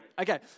Okay